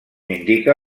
indica